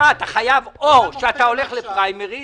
או שאתה הולך לפריימריז,